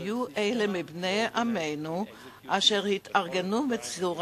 היו אלה מבני עמנו אשר התארגנו בצורה